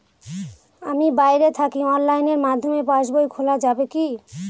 আমি বাইরে থাকি অনলাইনের মাধ্যমে পাস বই খোলা যাবে কি?